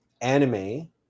anime